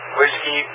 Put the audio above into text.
Whiskey